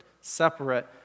separate